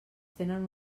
tenen